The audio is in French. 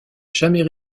jamais